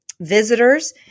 visitors